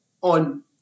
on